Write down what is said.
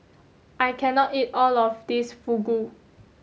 I can not eat all of this Fugu